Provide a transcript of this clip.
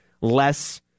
less